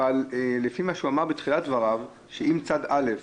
אבל לפי מה שהוא אמר בתחילת דבריו, שאם צד א'